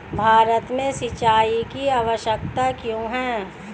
भारत में सिंचाई की आवश्यकता क्यों है?